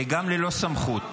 גם ללא סמכות,